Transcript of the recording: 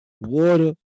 water